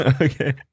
Okay